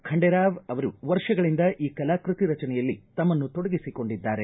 ಖಂಡೇರಾವ್ ಅವರು ವರ್ಷಗಳಿಂದ ಈ ಕಲಾಕೃತಿ ರಚನೆಯಲ್ಲಿ ತಮ್ಮನ್ನು ತೊಡಗಿಸಿಕೊಂಡಿದ್ದಾರೆ